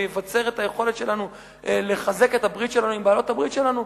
ויבצר את היכולת שלנו לחזק את הברית שלנו עם בעלות-הברית שלנו?